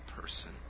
person